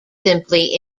simply